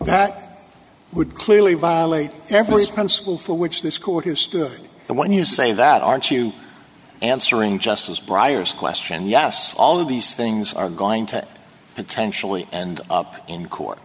that would clearly violate every principle for which this court has stood and when you say that aren't you answering justice briar's question yes all of these things are going to potentially and up in court